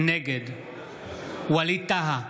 נגד ווליד טאהא,